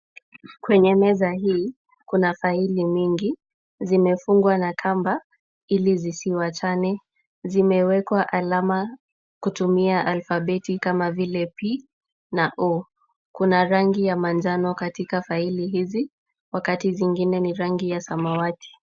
Kwenye meza hii kuna na faili mingi, zimefungwa na kamba ili zisiwachane, zimewekwa alama kwa kutumia alfabeti kama vile p na o , kuna rangi ya manjano katika faili hizi, wakati zingine ni rangi ya samawati.